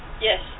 yes